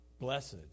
Blessed